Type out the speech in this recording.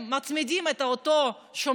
מצמידים לפקח את אותו שומר,